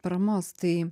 paramos tai